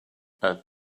add